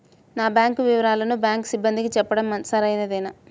నా బ్యాంకు వివరాలను బ్యాంకు సిబ్బందికి చెప్పడం సరైందేనా?